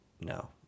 No